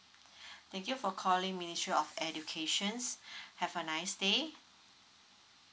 thank you for calling ministry of educations have a nice day